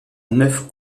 neuf